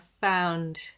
found